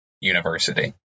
university